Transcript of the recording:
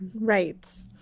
Right